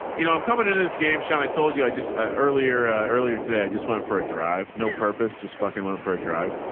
you know, i'm coming into this game, sean. i told you, i just ah earlier, earlier today, i just went for a drive. no purpose, just fucking went for a drive.